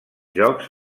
jocs